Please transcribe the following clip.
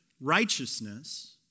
righteousness